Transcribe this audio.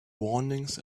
warnings